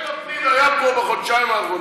מתי לפיד היה פה בחודשיים האחרונים?